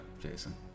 Jason